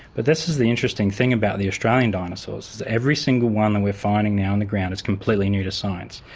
but this is the interesting thing about the australian dinosaurs is that every single one that we're finding now in the ground is completely new to science.